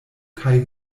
kaj